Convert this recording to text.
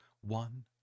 one